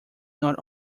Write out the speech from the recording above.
not